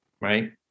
right